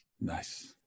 Nice